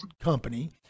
company